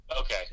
Okay